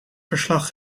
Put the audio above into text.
verslag